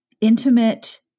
intimate